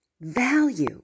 value